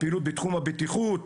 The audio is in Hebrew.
הפעילות בתחום הבטיחות,